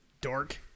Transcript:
Dork